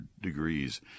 degrees